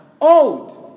old